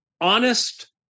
honest